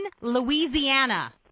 Louisiana